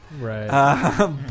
Right